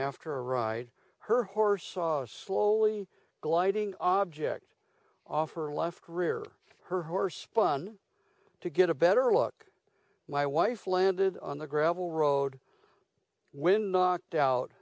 after a ride her horse was slowly gliding object off her left rear her horse spun to get a better look my wife landed on the gravel road when knocked out